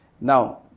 Now